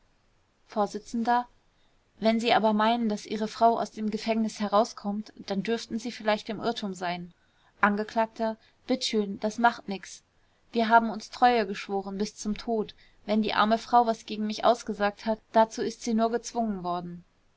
vors wenn sie aber meinen daß ihre frau aus dem gefängnis herauskommt dann dürften sie vielleicht im irrtum sein angekl bitt schön das macht nix wir haben uns treue geschworen bis zum tod wenn die arme frau was gegen mich ausgesagt hat dazu ist sie nur gezwungen worden